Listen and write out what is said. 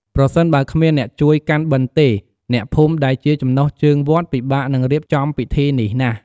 ប្រសិនបើគ្មានអ្នកជួយកាន់បិណ្ឌទេ អ្នកភូមិដែលជាចំណុះជើងវត្ត ពិបាកនឹងរៀបចំពិធីនេះណាស់។